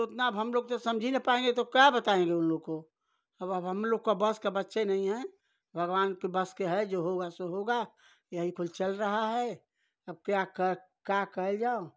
तो उतना अब हमलोग तो समझ ही नहीं पाएँगे तो क्या बताएँगे उनलोग को अब अब हमलोग के वश के बच्चे नहीं हैं भगवान के वश के हैं जो होगा सो होगा यही कुछ चल रहा है अब क्या कर क्या किया जाए